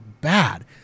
bad